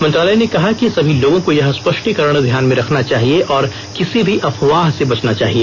मंत्रालय ने कहा कि सभी लोगों को यह स्पष्टीकरण ध्यान में रखना चाहिए और किसी भी अफवाह से बचना चाहिए